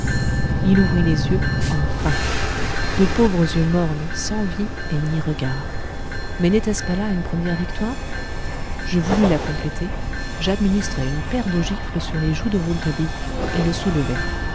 il ouvrit les yeux enfin de pauvres yeux mornes sans vie ni regard mais n'était-ce pas là une première victoire je voulus la compléter j'administrai une paire de gifles sur les joues de rouletabille et le soulevai